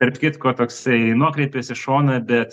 tarp kitko toksai nuokrypis į šoną bet